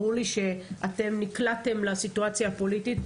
ברור לי שאתם נקלעתם לסיטואציה הפוליטית.